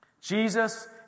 Jesus